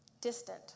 distant